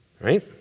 Right